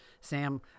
Sam